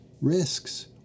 risks